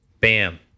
Bam